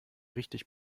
richtig